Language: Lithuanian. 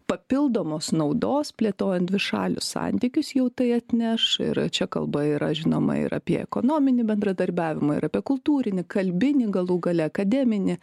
papildomos naudos plėtojan dvišalius santykius jau tai atneš ir čia kalba yra žinoma ir apie ekonominį bendradarbiavimą ir apie kultūrinį kalbinį galų gale akademinį